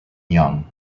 young